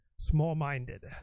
Small-minded